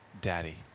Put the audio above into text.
Daddy